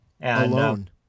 Alone